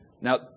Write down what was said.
Now